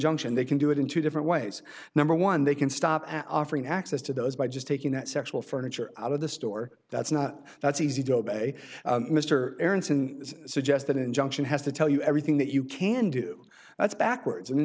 injunction they can do it in two different ways number one they can stop offering access to those by just taking that sexual furniture out of the store that's not that's easy to obey mr aronson suggest that injunction has to tell you everything that you can do that's backwards an